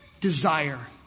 desire